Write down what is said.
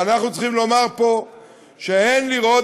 ואנחנו צריכים לומר פה שאין לראות